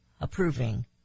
approving